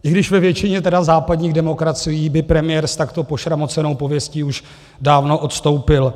I když ve většině tedy západních demokracií by premiér s takto pošramocenou pověstí už dávno odstoupil.